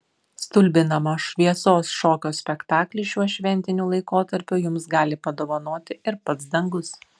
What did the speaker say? stulbinamą šviesos šokio spektaklį šiuo šventiniu laikotarpiu jums gali padovanoti ir pats dangus